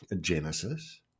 Genesis